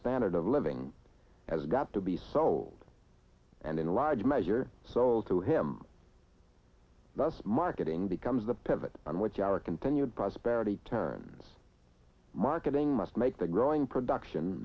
standard of living has got to be sold and in large measure sold to him thus marketing becomes the pivot on which our continued prosperity turns marketing must make the growing production